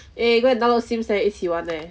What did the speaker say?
eh go and download sims leh 一起玩 leh